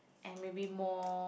and maybe more